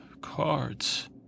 cards